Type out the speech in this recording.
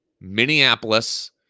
Minneapolis